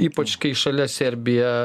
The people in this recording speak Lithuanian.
ypač kai šalia serbija